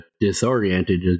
disoriented